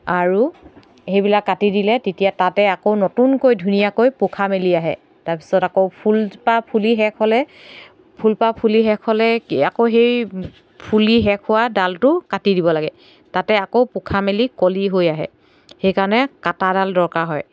আৰু সেইবিলাক কাটি দিলে এতিয়া তাতে আকৌ নতুনকৈ ধুনীয়াকৈ পোখা মেলি আহে তাৰপিছত আকৌ ফুলপাহ ফুলি হ'লে ফুলপাহ ফুলি শেষ হ'লে আকৌ সেই ফুলি শেষ হোৱা ডালটো কাটি দিব লাগে তাতে আকৌ পোখা মেলি কলি হৈ আহে সেইকাৰণে কাটাডাল দৰকাৰ হয়